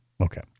Okay